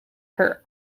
her